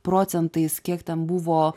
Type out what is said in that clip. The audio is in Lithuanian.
procentais kiek ten buvo